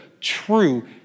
true